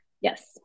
Yes